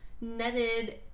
netted